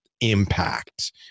impact